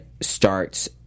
starts